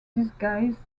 disguise